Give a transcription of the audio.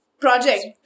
project